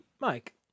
Mike